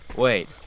Wait